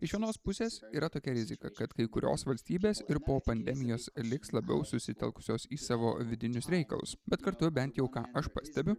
iš vienos pusės yra tokia rizika kad kai kurios valstybės ir po pandemijos liks labiau susitelkusios į savo vidinius reikalus bet kartu bent jau ką aš pastebiu